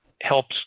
helps